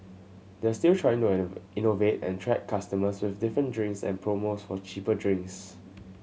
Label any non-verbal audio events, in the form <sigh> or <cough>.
they're still trying to <unintelligible> innovate and attract customers with different drinks and promos for cheaper drinks